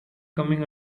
coming